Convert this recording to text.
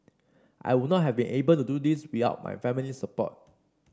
I would not have been able to do this without my family's support